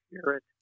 Spirit